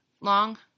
long